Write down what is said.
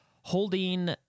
Holding